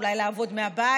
אולי לעבוד מהבית,